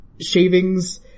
shavings